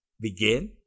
begin